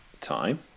time